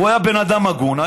והוא היה בן אדם הגון,